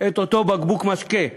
את אותו בקבוק משקה לנערים,